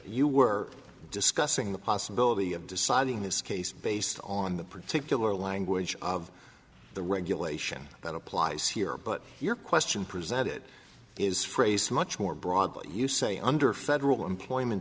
you were discussing the possibility of deciding this case based on the particular language of the regulation that applies here but your question presented is phrase much more broadly you say under federal employment